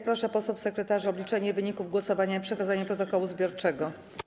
Proszę posłów sekretarzy o obliczenie wyników głosowania i przekazanie protokołu zbiorczego.